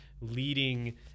leading